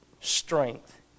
Strength